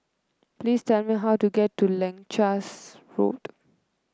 please tell me how to get to Leuchars Road